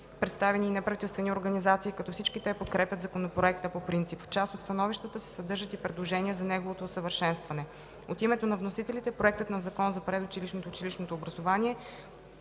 представителни и неправителствени организации, като всички те подкрепят Законопроекта по принцип. В част от становищата се съдържат и предложения за неговото усъвършенстване. От името на вносителите проектът на Закон за предучилищното и училищното образование